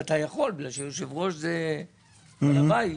ואתה יכול, בגלל שיושב ראש זה בעל הבית,